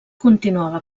continuava